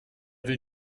will